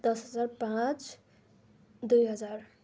दस हजार पाँच दुई हजार